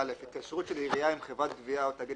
(א) "התקשרות של עירייה עם חברת גבייה או תאגיד